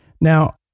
Now